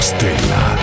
Stella